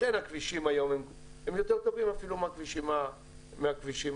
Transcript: לכן הכבישים היום יותר טובים אפילו מהכבישים האמריקאים.